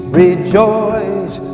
rejoice